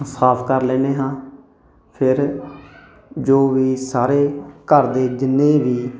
ਸਾਫ ਕਰ ਲੈਂਦੇ ਹਾਂ ਫਿਰ ਜੋ ਵੀ ਸਾਰੇ ਘਰ ਦੇ ਜਿੰਨੇ ਵੀ